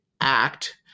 act